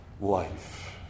life